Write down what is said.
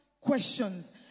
questions